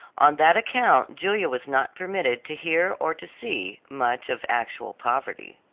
on that account julia was not permitted to hear or to see much of actual poverty.